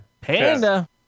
Panda